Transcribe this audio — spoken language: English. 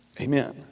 Amen